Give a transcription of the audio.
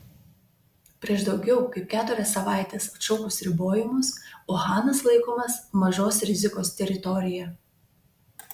prieš daugiau kaip keturias savaites atšaukus ribojimus uhanas laikomas mažos rizikos teritorija